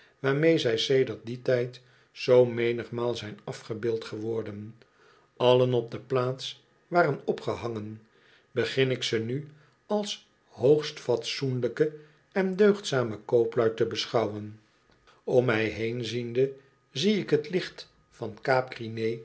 waarmee zij sedert dien tijd zoo menigmaal zijn afgebeeld geworden ailen op de plaats waren opgehangen begin ik ze nu als hoogstfatsoenlijke en deugdzame kooplui te beschouwen om mij heen ziende zie ik t licht van